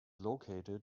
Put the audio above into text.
located